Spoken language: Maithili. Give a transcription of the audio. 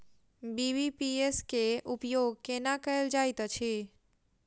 बी.बी.पी.एस केँ उपयोग केना कएल जाइत अछि?